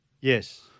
Yes